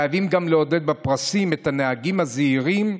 חייבים גם לעודד בפרסים את הנהגים הזהירים.